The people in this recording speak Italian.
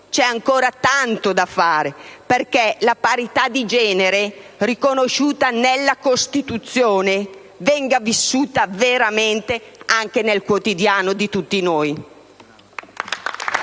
c'è ancora tanto da fare perché la parità di genere, riconosciuta dalla Costituzione, venga vissuta veramente anche nel quotidiano di tutti noi.